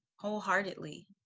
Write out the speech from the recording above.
wholeheartedly